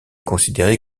considéré